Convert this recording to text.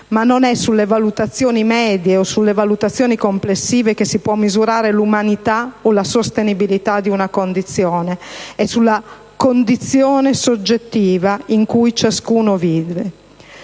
Ma non è sulle valutazioni medie o sulle valutazioni complessive che si può misurare l'umanità o la sostenibilità di una condizione. È sulla condizione soggettiva in cui ciascuno vive.